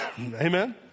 Amen